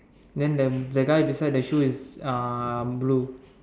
then then the guy beside the shoe is uh blue